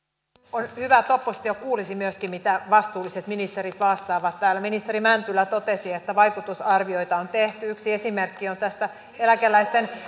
on hyvä että oppositio kuulisi myöskin mitä vastuulliset ministerit vastaavat täällä ministeri mäntylä totesi että vaikutusarvioita on tehty yksi esimerkki tästä on että eläkeläisten